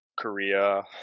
Korea